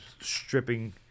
stripping